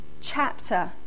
chapter